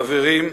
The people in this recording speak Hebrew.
חברים,